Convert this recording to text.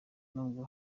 n’ubwo